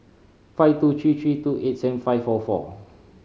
five two three three two eight seven five four four